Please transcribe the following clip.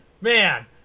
man